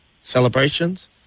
celebrations